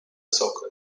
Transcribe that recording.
sok